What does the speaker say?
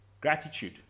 gratitude